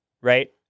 right